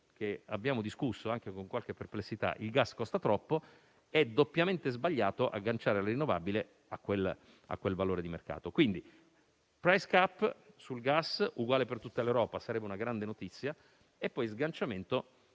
che abbiamo discusso anche con qualche perplessità, il gas costa troppo ed è doppiamente sbagliato agganciare le rinnovabili a quel valore di mercato. Quindi: *price cap* sul gas uguale per tutta l'Europa (sarebbe una grande notizia) e sganciamento